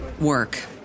work